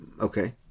Okay